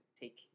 take